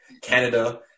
Canada